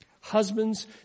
Husbands